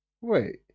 wait